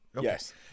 yes